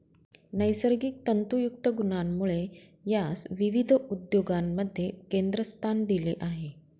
नैसर्गिक तंतुयुक्त गुणांमुळे यास विविध उद्योगांमध्ये केंद्रस्थान दिले आहे